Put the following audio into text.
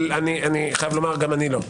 אני חייב לומר שגם אני לא.